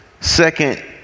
second